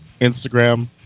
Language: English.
instagram